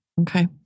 Okay